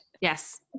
Yes